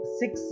six